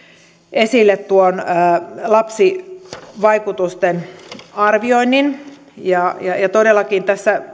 esille lapsivaikutusten arvioinnin tässä